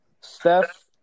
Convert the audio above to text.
Steph